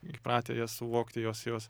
įpratę jas suvokti jos jos